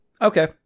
Okay